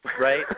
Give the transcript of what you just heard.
Right